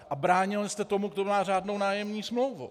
A bránil jste tomu, kdo má řádnou nájemní smlouvu.